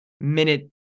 minute